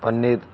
paneer